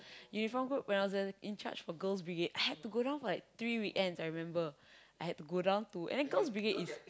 uniform group when I was a in charged for Girls'-Brigade I had to go down for like three weekends I remember I had to go down to and then Girls'-Brigade is